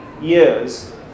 years